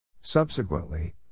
Subsequently